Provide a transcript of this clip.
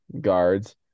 guards